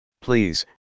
Please